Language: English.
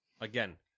Again